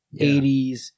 80s